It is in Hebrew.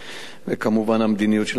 וכמובן המדיניות של המשטרה.